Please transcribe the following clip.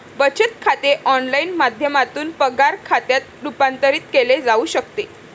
बचत खाते ऑनलाइन माध्यमातून पगार खात्यात रूपांतरित केले जाऊ शकते